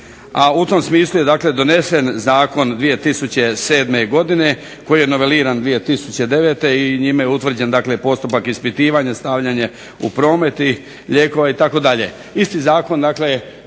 U tom smislu je dakle donesen Zakon 2007. godine koji je noveliran 2009. i njime je utvrđen postupak ispitivanja, stavljanje u promet lijekova itd. Isti zakon je